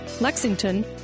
Lexington